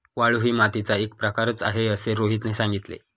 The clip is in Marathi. वाळू ही मातीचा एक प्रकारच आहे असे रोहितने सांगितले